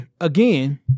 again